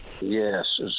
Yes